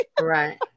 right